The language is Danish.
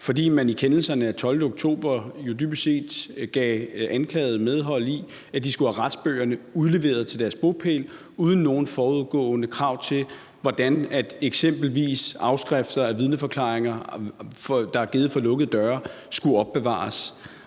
fordi man i kendelserne af 12. oktober jo dybest set gav anklagede medhold i, at de skulle have retsbøgerne udleveret til deres bopæl uden nogen forudgående krav til, hvordan eksempelvis afskrifter af vidneforklaringer, der er givet for lukkede døre, skulle opbevares.